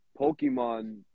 Pokemon